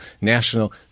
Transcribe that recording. national